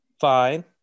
Fine